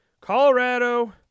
Colorado